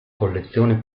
collezione